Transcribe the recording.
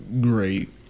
great